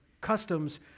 customs